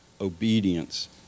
obedience